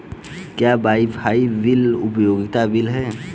क्या wifi bill एक उपयोगिता बिल है?